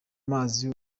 mazi